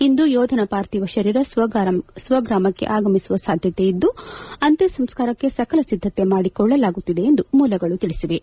ಇಂದು ಯೋಧನ ಪಾರ್ಥಿವ ಶರೀರ ಸ್ವಗ್ರಾಮಕ್ಕೆ ಆಗಮಿಸುವ ಸಾಧ್ಯತೆ ಇದ್ದು ಅಂತ್ಯ ಸಂಸ್ಕಾರಕ್ಕೆ ಸಕಲ ಸಿದ್ಧತೆ ಮಾಡಿಕೊಳ್ಳಲಾಗುತ್ತಿದೆ ಎಂದು ಮೂಲಗಳು ತಿಳಿಸಿವೆ